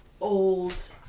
old